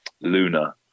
Luna